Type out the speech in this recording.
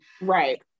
Right